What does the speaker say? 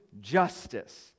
justice